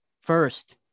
first